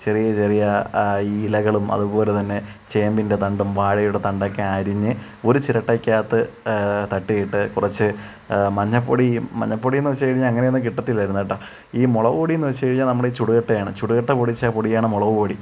ചെറിയ ചെറിയ ഇലകളും അതുപോലെ തന്നെ ചേമ്പിൻ്റെ തണ്ടും വാഴയുടെ തണ്ടക്കെ അരിഞ്ഞ് ഒരു ചിരട്ടക്കകത്ത് തട്ടിയിട്ട് കുറച്ച് മഞ്ഞപ്പൊടിയും മഞ്ഞപ്പൊടീടിന്ന് വെച്ച് കഴിഞ്ഞാൽ അങ്ങനെയൊന്നും കിട്ടത്തില്ലായിരുന്ന്ട്ട ഈ മുളകുപൊടീന്നെച്ച് കഴിഞ്ഞാൽ നമ്മുടെ ഈ ചുട് കട്ടയാണ് ചുട് കട്ട പൊടിച്ച പൊടിയാണ് മുളക് പൊടി